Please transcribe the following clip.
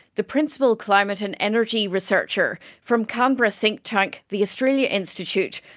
the principal climate and energy researcher from canberra think tank the australia institute,